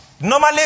normally